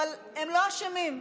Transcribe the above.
אבל הם לא אשמים.